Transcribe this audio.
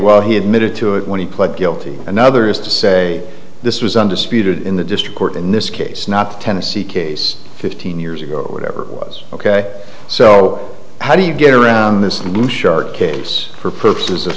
well he admitted to it when he pled guilty another is to say this was undisputed in the district court in this case not tennessee case fifteen years ago or whatever was ok so how do you get around this and blue shark case for purposes of